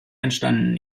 entstanden